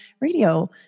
radio